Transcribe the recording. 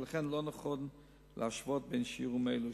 ולכן לא ניתן להשוות בין שיעורים אלה.